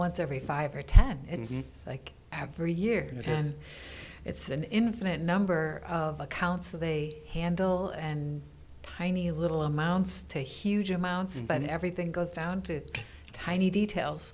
once every five or ten it's like every year and it's an infinite number of accounts they handle and tiny little amounts to huge amounts but everything goes down to tiny details